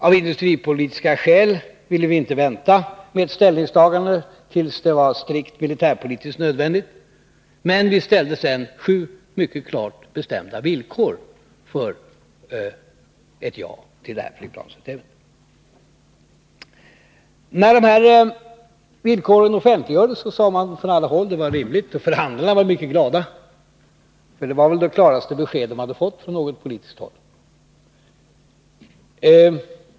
Av industripolitiska skäl ville vi inte vänta med ett ställningstagande tills det var strikt militärpolitiskt nödvändigt, men vi ställde sju mycket bestämda villkor för ett ja till det här flygplanssystemet. När dessa villkor offentliggjordes sade man från alla håll att de var rimliga. Förhandlarna var mycket glada, för det var väl det klaraste besked som de fått från något politiskt håll.